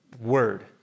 word